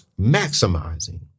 maximizing